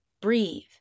Breathe